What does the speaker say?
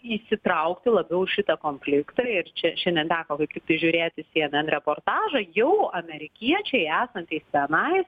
įsitraukti labiau į šitą konfliktą ir čia šiandien teko kaip tiktai žiūrėti cnn reportažą jau amerikiečiai esantys tenai